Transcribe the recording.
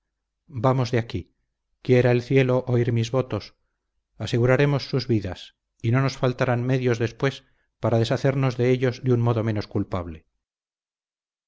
vamos de aquí quiera el cielo oír mis votos aseguraremos sus vidas y no nos faltarán medios después para deshacernos de ellos de un modo menos culpable